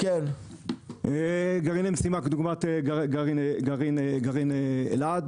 גרעיני משימה כדוגמת גרעין אלעד,